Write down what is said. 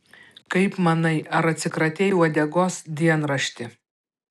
kaip manai ar atsikratei uodegos dienrašti